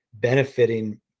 benefiting